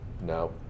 No